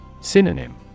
Synonym